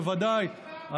בוודאי.